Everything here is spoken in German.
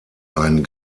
ein